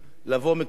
לבוא מכיוון